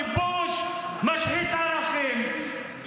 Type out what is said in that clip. כיבוש משחית ערכים,